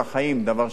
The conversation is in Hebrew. דבר שלא היה להם.